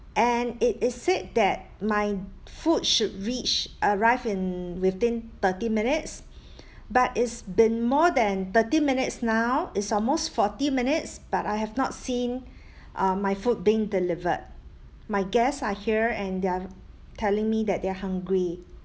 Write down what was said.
and it is said that my food should reach arrive in within thirty minutes but it's been more than thirty minutes now it's almost forty minutes but I have not seen uh my food being delivered my guest are here and they're telling me that they're hungry